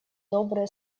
добрые